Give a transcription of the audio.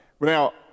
Now